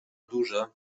duża